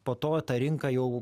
po to ta rinka jau